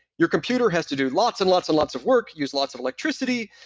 your computer has to do lots and lots of lots of work, use lots of electricity.